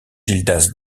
gildas